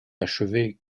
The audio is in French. achevée